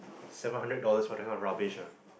seven hundred dollars for that kind of rubbish ah